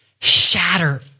shatter